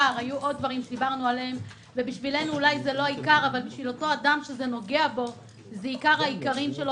בשבילנו זה אולי לא העיקר אבל בשביל האדם שזה נוגע בו זה עיקר העיקרים,